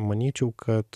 manyčiau kad